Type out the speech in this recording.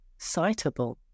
citable